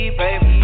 baby